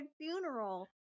funeral